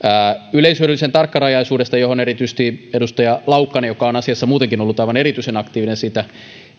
yleishyödyllisyyden tarkkarajaisuudesta johon viittasi erityisesti edustaja laukkanen joka on asiassa muutenkin ollut aivan erityisen aktiivinen siitä